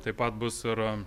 taip pat bus ir